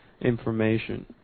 information